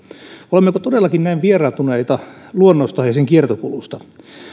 olemmeko todellakin näin vieraantuneita luonnosta ja sen kiertokulusta